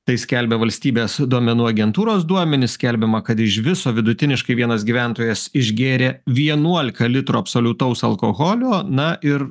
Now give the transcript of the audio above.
tai skelbia valstybės duomenų agentūros duomenys skelbiama kad iš viso vidutiniškai vienas gyventojas išgėrė vienuolika litrų absoliutaus alkoholio na ir